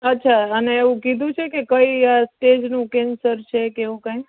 અચ્છા અને એવું કીધું છે કે કયા સ્ટેજનું કેન્સર છે કે એવું કાઈ